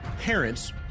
Parents